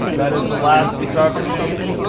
that is the last driver change.